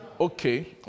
Okay